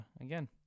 again